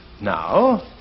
Now